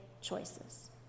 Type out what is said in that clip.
choices